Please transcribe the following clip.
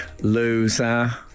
loser